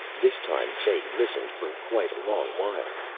this time fay listened for quite a long while.